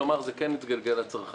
כלומר זה כן מתגלגל לצרכן.